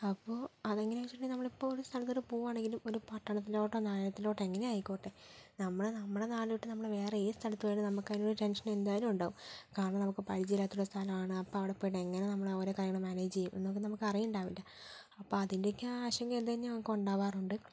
അപ്പോൾ അത് എങ്ങനെയാന്ന് വെച്ചിട്ടുണ്ടെങ്കിൽ നമ്മളിപ്പോൾ ഒരു സ്ഥലത്തോട്ട് പോകുകയാണെങ്കിലും ഒരു പട്ടണത്തിലോട്ടോ നഗരത്തിലോട്ടോ എങ്ങനേ ആയിക്കോട്ടെ നമ്മൾ നമ്മളുടെ നാടുവിട്ട് വേറേത് സ്ഥലത്തുപോയാലും നമുക്കതിനുള്ള ടെൻഷൻ എന്തായാലും ഉണ്ടാകും കാരണം നമുക്ക് പരിചയം ഇല്ലാത്ത സ്ഥലമാണ് അപ്പം അവിടെപ്പോയിട്ട് എങ്ങനെ നമ്മൾ ഓരോ കാര്യങ്ങൾ മേനേജ് ചെയ്യും എന്നൊക്കെ നമുക്ക് അറിയുന്നുണ്ടാകില്ല അപ്പോൾ അതിൻ്റെയൊക്കെ ആശങ്ക എന്തായാലും ഞങ്ങൾക്ക് ഉണ്ടാകാറുണ്ട്